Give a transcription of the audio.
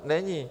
Není.